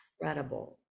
incredible